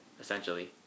essentially